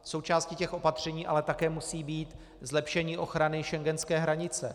Součástí těch opatření ale také musí být zlepšení ochrany schengenské hranice.